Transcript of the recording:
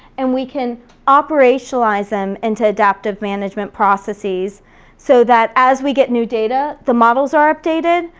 and we can operationalize them into adaptive management processes so that as we get new data, the models are updated,